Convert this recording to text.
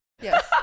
yes